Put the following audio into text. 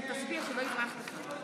מי מחברי הכנסת רוצים להצטרף?